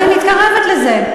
אני מתקרבת לזה.